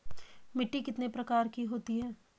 मिट्टी कितने प्रकार की होती है?